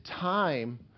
time